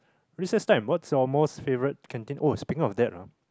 recess time what's your most favorite canteen oh speaking of that ah